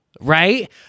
Right